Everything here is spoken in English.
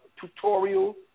tutorial